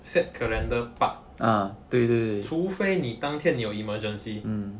set calendar park 除非你当天你有 emergency